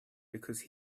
because